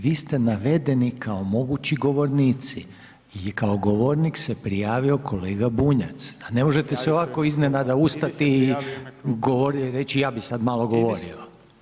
Vi ste navedeni kao mogući govornici i kao govornik se prijavio kolega Bunjac, pa ne možete se ovako iznenada ustati i reći ja bi sad malo govorio.